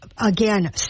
again